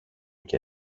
και